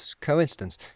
coincidence